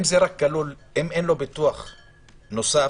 אם אין לו ביטוח נוסף.